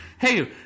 hey